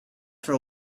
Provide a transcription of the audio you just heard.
for